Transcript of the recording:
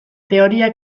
teoria